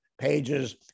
pages